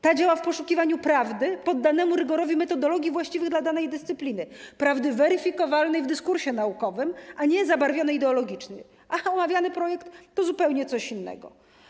Ta działa w poszukiwaniu prawdy poddanej rygorowi metodologii właściwej dla danej dyscypliny, prawdy weryfikowalnej w dyskursie naukowym, a nie zabarwionej ideologicznie, a omawiany projekt to zupełnie coś innego.